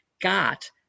got